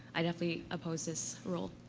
i definitely oppose this rule.